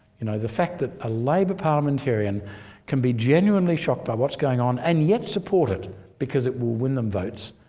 you know the fact that a labor parliamentarian can be genuinely shocked by what's going on and yet support it because it will win them votes,